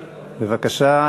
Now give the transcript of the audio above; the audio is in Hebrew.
בבקשה.